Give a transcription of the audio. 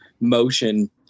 motion